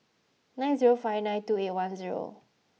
nine zero five nine two eight one zero